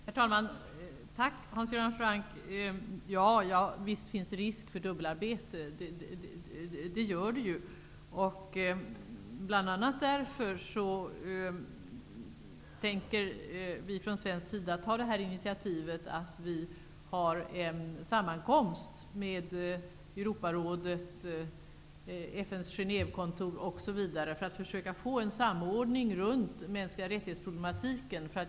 Herr talman! Tack, Hans Göran Franck. Visst finns det risk för dubbelarbete, det gör det. Bl.a. därför tänker vi från svensk sida ta ett initiativ till en sammankomst med Europarådet, FN:s Genèvekontor, m.m. för att få en samordning runt mänskliga rättighets-problematiken.